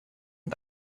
und